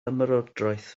ymerodraeth